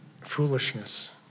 foolishness